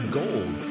gold